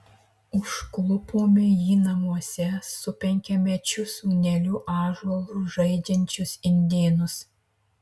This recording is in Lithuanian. užklupome jį namuose su penkiamečiu sūneliu ąžuolu žaidžiančius indėnus